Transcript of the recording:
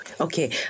Okay